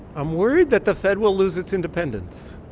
i'm worried that the fed will lose its independence.